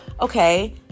okay